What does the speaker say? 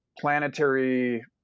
planetary